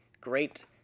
great